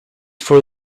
for